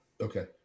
okay